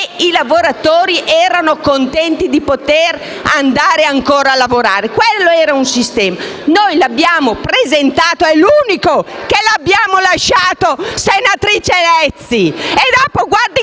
i lavoratori sono contenti di poter andare ancora a lavorare. Quello era un sistema; noi l'abbiamo presentato ed è l'unico che abbiamo lasciato, senatrice Lezzi! *(Applausi